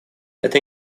это